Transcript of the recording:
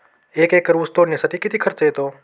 एक एकर ऊस तोडणीसाठी किती खर्च येतो?